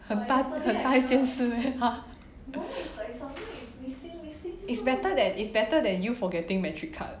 很大很大一件事 meh !huh! is better than is better than you forgetting matric card